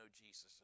Jesus